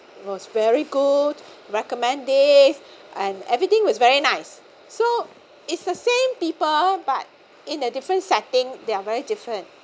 was very good recommend this and everything was very nice so it's the same people but in a different setting they are very different